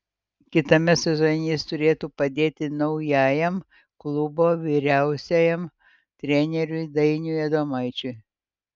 kitame sezone jis turėtų padėti naujajam klubo vyriausiajam treneriui dainiui adomaičiui